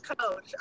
Coach